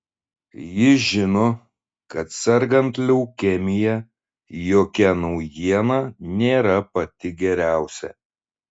ji žino kad sergant leukemija jokia naujiena nėra pati geriausia